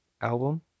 album